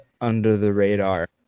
under-the-radar